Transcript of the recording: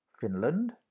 Finland